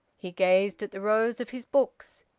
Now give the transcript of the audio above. he gazed at the rows of his books.